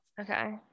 Okay